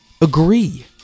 agree